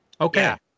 Okay